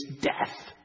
death